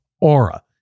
Aura